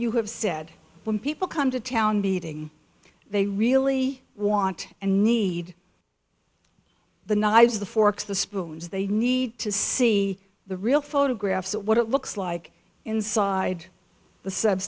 you have said when people come to town beating they really want and need the knives the forks the spoons they need to see the real photographs of what it looks like inside the